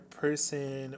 person